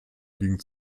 liegen